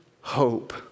hope